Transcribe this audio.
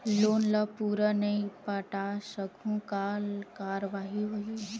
Loan ला पूरा नई पटा सकहुं का कारवाही होही?